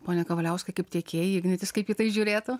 pone kavaliauskai kaip tiekėjai ignitis kaip į tai žiūrėtų